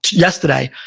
yesterday,